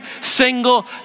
single